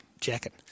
jacket